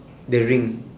the ring